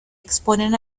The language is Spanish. exponen